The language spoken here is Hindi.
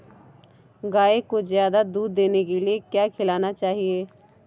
गाय को ज्यादा दूध देने के लिए क्या खिलाना चाहिए?